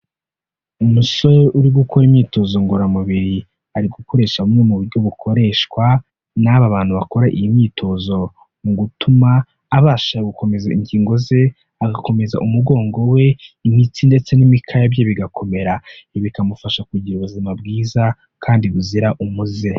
Umusore uri gukora imyitozo ngororamubiri, ari gukoresha bumwe mu buryo bukoreshwa n'aba bantu bakora iyi myitozo mu gutuma abasha gukomeza ingingo ze, agakomeza umugongo we, imitsi ndetse n'imikaya bye bigakomera, ibi bikamufasha kugira ubuzima bwiza kandi buzira umuze.